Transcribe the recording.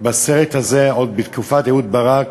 בסרט הזה עוד בתקופת אהוד ברק,